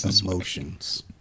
emotions